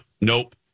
Nope